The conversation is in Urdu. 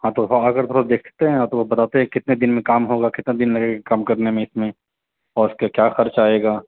ہاں تو ہاں اگر تھوڑا دیکھتے ہیں آ تو وہ بتاتے ہیں کتنے دن میں کام ہوگا کتنا دن لگے گا کام کرنے میں اس میں اور اس کا کیا خرچہ آئے گا